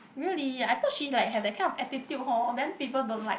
really I thought she like have that kind of attitude hor then people like